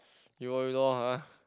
you will redo ah